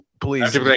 please